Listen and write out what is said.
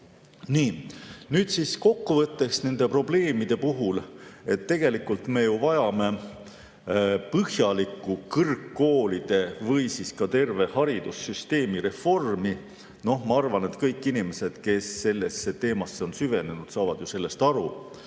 tudengid. Kokkuvõtteks, nende probleemide puhul me ju tegelikult vajame põhjalikku kõrgkoolide või ka terve haridussüsteemi reformi. Ma arvan, et kõik inimesed, kes sellesse teemasse on süvenenud, saavad sellest aru.